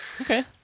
Okay